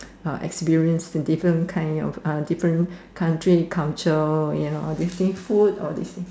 uh experience the different kind of uh different country culture you know all this thing food all this thing